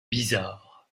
bizarres